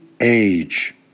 age